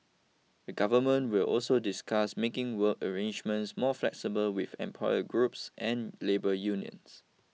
the Government will also discuss making work arrangements more flexible with employer groups and labour unions